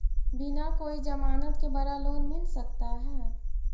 बिना कोई जमानत के बड़ा लोन मिल सकता है?